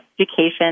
education